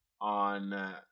on